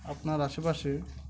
আপনার আশে পাশে